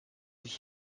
ich